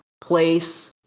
place